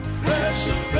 precious